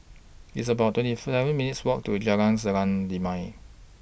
It's about twenty Third seven minutes' Walk to Jalan Selendang Delima